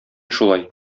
шулай